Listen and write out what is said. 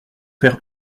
faire